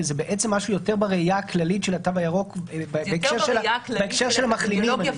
שזה בעצם משהו יותר בראייה הכללית של התו הירוק בהקשר של מחלימים.